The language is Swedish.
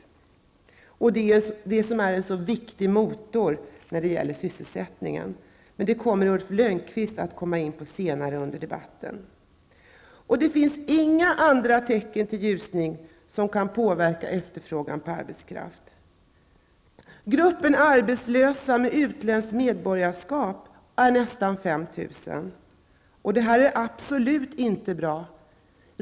Byggnadsverksamheten är en viktig motor när det gäller sysselsättningen. Men det kommer Ulf Lönnqvist att gå in på senare under debatten. Det finns inga andra tecken till ljusning som kan påverka efterfrågan på arbetskraft. Gruppen arbetslösa med utländskt medborgarskap omfattar nästan 5 000 personer. Detta är absolut inte bra.